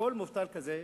כל מובטל כזה,